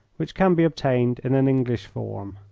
which can be obtained in an english form.